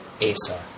Asar